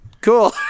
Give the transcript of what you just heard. cool